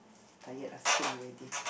tired asking already